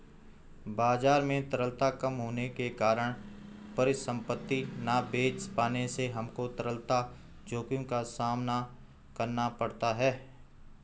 बाजार में तरलता कम होने के कारण परिसंपत्ति ना बेच पाने से हमको तरलता जोखिम का सामना करना पड़ता है